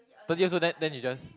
thirty years old then then you just